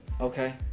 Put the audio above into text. Okay